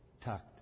tucked